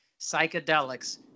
psychedelics